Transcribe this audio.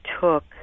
took